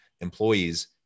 employees